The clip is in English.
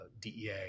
DEA